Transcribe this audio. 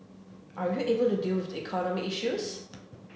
are you able to deal with the economic issues